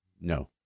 No